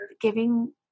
giving